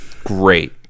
Great